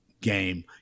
game